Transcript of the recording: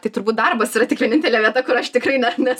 tai turbūt darbas yra tik vienintelė vieta kur aš tikrai ne ne